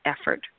effort